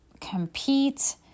compete